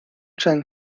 cheng